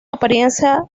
apariencia